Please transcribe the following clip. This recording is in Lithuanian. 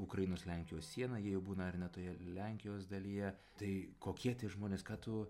ukrainos lenkijos sieną jie būna ar ne toje lenkijos dalyje tai kokie tie žmonės ką tu